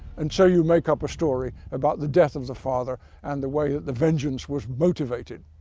and so you make up a story about the death of the father and the way that the vengeance was motivated